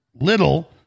little